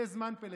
זה זמן פליטתנו.